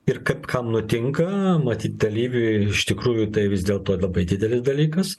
ir kaip kam nutinka matyt dalyviui iš tikrųjų tai vis dėlto labai didelis dalykas